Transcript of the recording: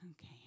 Okay